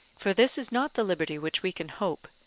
for this is not the liberty which we can hope,